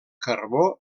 carbó